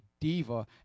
diva